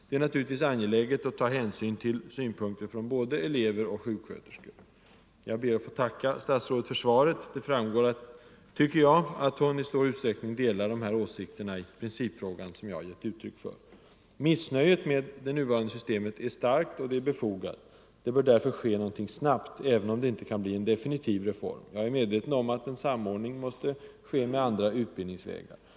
Det är naturligtvis angeläget att ta hänsyn till synpunkter från både elever och sjuksköterskor. Jag ber att få tacka statsrådet för svaret. Det framgår — tycker jag — att statsrådet i stor utsträckning delar de åsikter i principfrågan som jag har gett uttryck för. Missnöjet med det nuvarande systemet är starkt och befogat. Något bör därför ske snabbt, även om det inte kan bli en definitiv reform. Jag är medveten om att en samordning med andra utbildningsvägar måste ske.